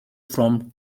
from